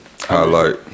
Highlight